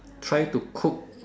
try to cook